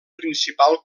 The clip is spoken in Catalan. principal